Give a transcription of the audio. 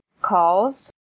calls